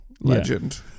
legend